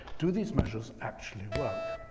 do these measures actually work?